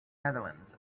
netherlands